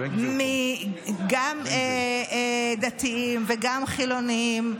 גם דתיים וגם חילונים,